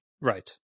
right